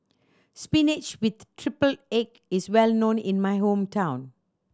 spinach with triple egg is well known in my hometown